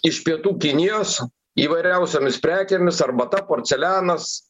iš pietų kinijos įvairiausiomis prekėmis arbata porcelianas